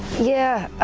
yeah.